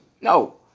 No